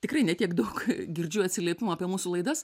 tikrai ne tiek daug girdžiu atsiliepimų apie mūsų laidas